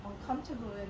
Uncomfortable